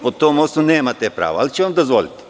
Po tom osnovu nemate pravo, ali ću vam dozvoliti.